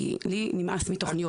כי לי נמאס מתוכניות,